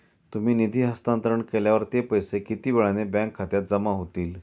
तुम्ही निधी हस्तांतरण केल्यावर ते पैसे किती वेळाने बँक खात्यात जमा होतील?